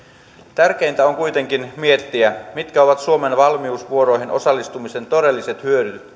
tärkeintä on kuitenkin miettiä mitkä ovat suomen valmiusvuoroihin osallistumisen todelliset hyödyt